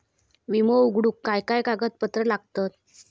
विमो उघडूक काय काय कागदपत्र लागतत?